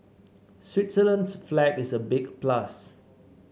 Switzerland's flag is a big plus